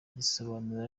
risobanura